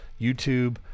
YouTube